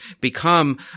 become